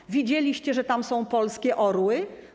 Czy widzieliście, że tam są polskie orły?